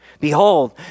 Behold